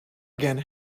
again